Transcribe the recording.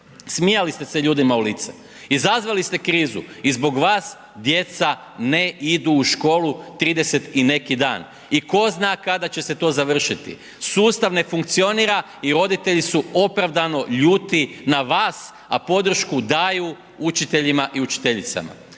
smijali ste se ljudima u lice, izazvali ste krizu i zbog vas djeca ne idu u školu 30 i neki dan i tko zna kada će se to završiti. Sustav ne funkcionira i roditelji su opravdano ljuti na vas a podršku daju učiteljima i učiteljicama.